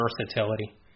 versatility